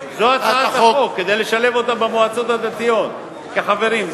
כדי לשלב אותם במועצות הדתיות כחברים,